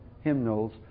hymnals